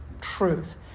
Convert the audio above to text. truth